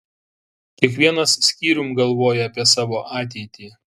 kiekvienas skyrium galvoja apie savo ateitį